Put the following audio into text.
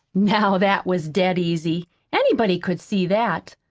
now that was dead easy anybody could see that.